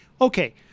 Okay